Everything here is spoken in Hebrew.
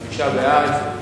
חמישה בעד,